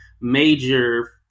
major